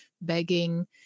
begging